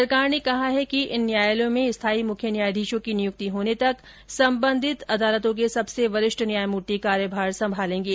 सरकार ने कहा है कि इन न्यायालयों में स्थायी मुख्य न्यायाधीशों की नियुक्ति होने तक संबंधित न्यायालयों के सबसे वरिष्ठ न्यायमूर्ति कार्यभार संभालेंगे